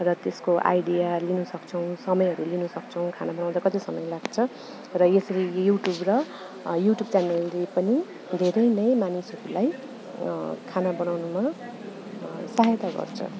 र त्यसको आइडिया लिनसक्छौँ समयहरू लिनसक्छौँ खाना बनाउँदा कति समय लाग्छ र यसरी युट्युब र युट्युब च्यानलले पनि धेरै नै मानिसहरूलाई खाना बनाउनुमा सहायता गर्छ